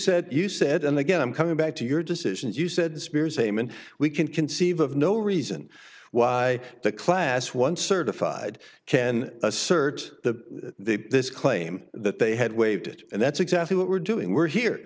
said you said and again i'm coming back to your decisions you said spears amun we can conceive of no reason why the class one certified can assert that this claim that they had waived and that's exactly what we're doing we're here